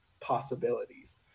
possibilities